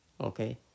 okay